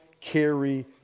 carry